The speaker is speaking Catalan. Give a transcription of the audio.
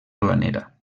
planera